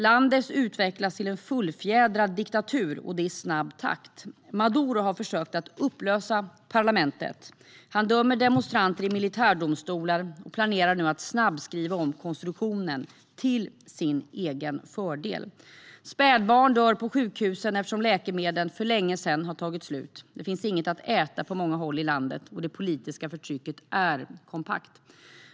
Landet utvecklas till en fullfjädrad diktatur, och det i snabb takt. Maduro har försökt upplösa parlamentet. Han dömer demonstranter i militärdomstolar och planerar nu att snabbskriva om konstitutionen till sin egen fördel. Spädbarn dör på sjukhusen eftersom läkemedlen för länge sedan har tagit slut. Det finns ingenting att äta på många håll i landet, och det politiska förtrycket är kompakt.